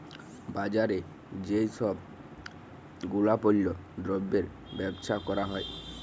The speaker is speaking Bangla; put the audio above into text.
বাজারে যেই সব গুলাপল্য দ্রব্যের বেবসা ক্যরা হ্যয়